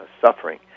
suffering